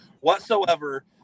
whatsoever